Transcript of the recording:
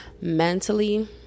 Mentally